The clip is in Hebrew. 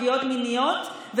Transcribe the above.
ופגיעות מיניות.